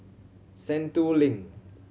Sentul Link